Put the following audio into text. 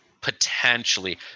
Potentially